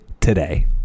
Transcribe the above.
today